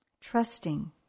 Trusting